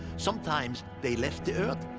sometimes, they left earth,